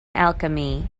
alchemy